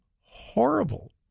horrible